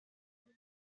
ogni